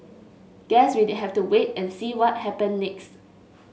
guess we'd have to wait and see what happen next